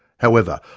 however,